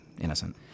innocent